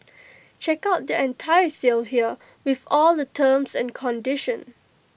check out their entire sale here with all the terms and conditions